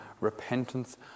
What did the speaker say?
repentance